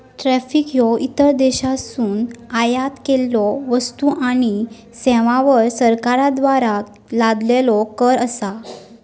tariff ह्यो इतर देशांतसून आयात केलेल्यो वस्तू आणि सेवांवर सरकारद्वारा लादलेलो कर असा